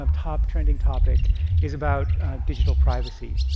um top trending topic is about digital privacy.